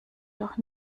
durch